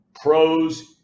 Pros